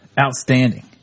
Outstanding